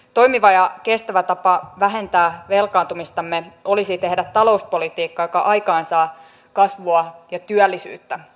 toimiva ja kestävä tapa vähentää velkaantumistamme olisi tehdä talouspolitiikkaa joka aikaansaa kasvua ja työllisyyttä